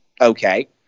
Okay